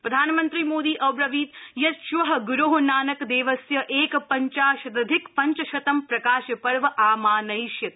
प्रधानमन्त्री मोदी अब्रवीत् यत् श्व ग्रो नानकदेवस्य एक पञ्चाशदधिक पञ्चशतं प्रकाश पर्व आमानयिष्यते